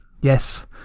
Yes